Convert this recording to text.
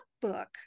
book